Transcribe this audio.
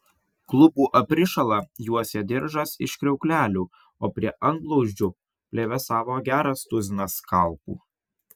klubų aprišalą juosė diržas iš kriauklelių o prie antblauzdžių plevėsavo geras tuzinas skalpų